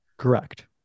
Correct